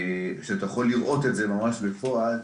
שאתה יכול לראות את זה ממש בפועל,